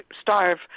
starve